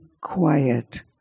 quiet